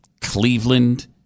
Cleveland